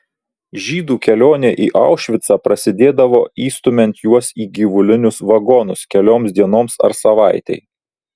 žydų kelionė į aušvicą prasidėdavo įstumiant juos į gyvulinius vagonus kelioms dienoms ar savaitei